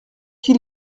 qu’il